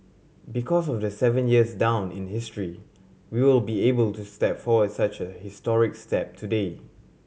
because of the seven years down in history we will be able to step forward such a historic step today